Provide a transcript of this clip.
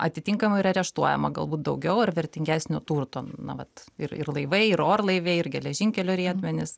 atitinkamai ir areštuojama galbūt daugiau ar vertingesnio turto na vat ir ir laivai ir orlaiviai ir geležinkelio riedmenys